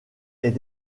est